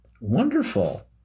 Wonderful